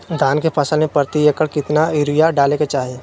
धान के फसल में प्रति एकड़ कितना यूरिया डाले के चाहि?